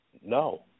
no